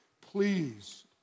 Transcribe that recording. Please